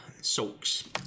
sulks